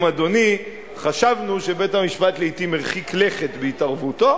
אדוני חשבנו שבית-המשפט לעתים הרחיק לכת בהתערבותו,